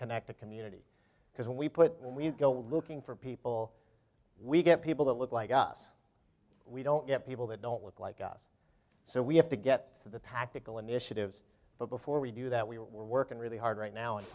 connect to community because when we put we go looking for people we get people that look like us we don't get people that don't look like us so we have to get through the tactical initiatives but before we do that we're working really hard right now